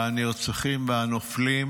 והנרצחים והנופלים